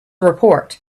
report